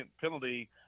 penalty